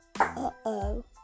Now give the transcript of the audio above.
Uh-oh